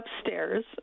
upstairs